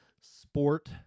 sport